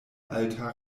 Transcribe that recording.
alta